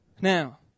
Now